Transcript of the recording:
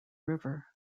river